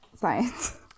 Science